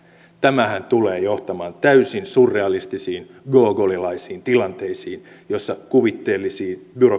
tämähän tulee johtamaan täysin surrealistisiin gogolilaisiin tilanteisiin jossa kuvitteellisia byrokratian